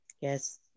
Yes